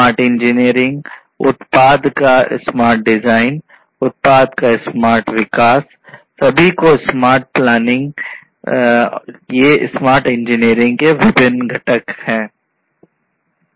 smart engineering ये smart engineering के विभिन्न घटक हैं